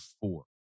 four